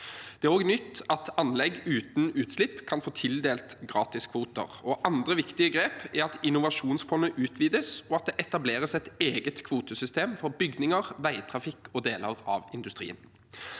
Det er også nytt at anlegg uten utslipp kan få tildelt gratiskvoter. Andre viktige grep er at innovasjonsfondet utvides, og at det etableres et eget kvotesystem for bygninger, veitrafikk og deler av industrien.